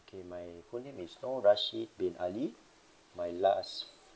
okay my full name is nor rashid bin ali my last